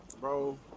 Bro